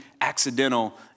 accidental